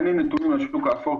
אין לי נתונים על השוק האפור,